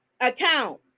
account